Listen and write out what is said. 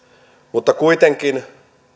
mutta kuitenkin